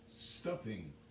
stuffing